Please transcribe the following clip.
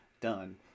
done